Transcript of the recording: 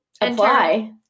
apply